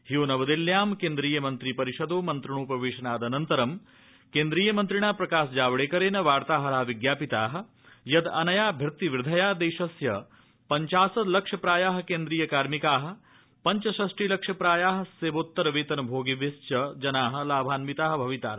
हयो नवदिल्ल्यां केन्द्रीय मन्त्रि परिषदो मन्त्रोप वेशनाद अनन्तरं केन्द्रीय मन्त्रिणा प्रकाश जावड़ेकरेण वार्ताहरा विज्ञापिता यद अनया भृति वदध्या देशस्य पञ्चाशल्लक्ष प्राया केन्द्रीय कार्मिका पञ्च षष्टि लक्ष प्राया सेवोत्तर वेतन भोगिनश्च जना लाभान्विता भवितार